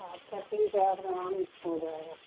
اچھا ٹھیک ہے آنا نام ہوہن جائے گا